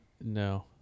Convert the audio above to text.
No